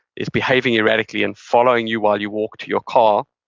is behaving erratically, and following you while you walk to your car,